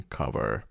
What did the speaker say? cover